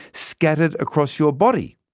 scattered across your body.